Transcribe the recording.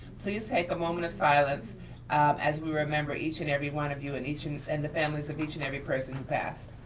please take a moment of silence as we remember each and every one of you and and and the families of each and every person who passed.